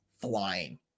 flying